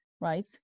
right